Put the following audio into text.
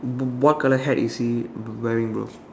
uh what colour hat is he wearing bro